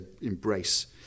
embrace